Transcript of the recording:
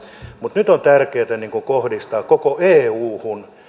niin nyt on tärkeää kohdistaa koko euhun